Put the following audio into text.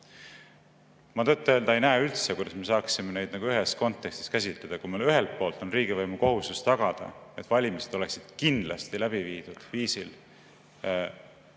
Ma tõtt-öelda ei näe üldse, kuidas me saaksime neid nagu ühes kontekstis käsitleda, kui ühelt poolt on riigivõimu kohustus tagada, et valimised oleksid kindlasti läbi viidud viisil,